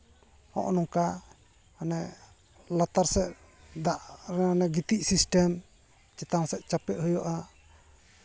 ᱦᱚᱸᱜᱼᱚ ᱱᱚᱝᱠᱟ ᱢᱟᱱᱮ ᱞᱟᱛᱟᱨ ᱥᱮᱫ ᱚᱱᱮ ᱫᱟᱜ ᱨᱮ ᱜᱤᱛᱤᱡ ᱥᱤᱥᱴᱮᱢ ᱪᱮᱛᱟᱱ ᱥᱮᱫ ᱪᱟᱯᱮᱜ ᱦᱩᱭᱩᱜᱼᱟ